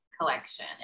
collection